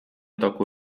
toku